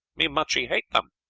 me muchee hate them.